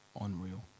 Unreal